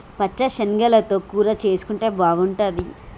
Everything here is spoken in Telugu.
పచ్చ శనగలతో కూర చేసుంటే బాగుంటది